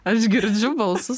aš girdžiu balsus